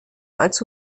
allzu